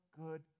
good